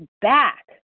back